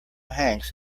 hanks